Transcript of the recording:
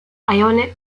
ionic